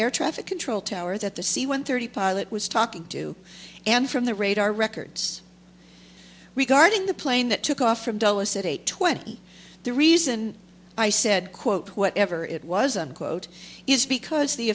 air traffic control towers at the c one thirty pilot was talking to and from the radar records regarding the plane that took off from dulles at eight twenty the reason i said quote whatever it was a quote is because the